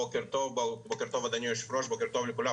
בוקר טוב, אדוני, בוקר טוב לכל המשתתפים.